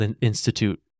institute